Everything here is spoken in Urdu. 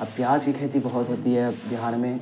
اب پیاز کی کھیتی بہت ہوتی ہے بہار میں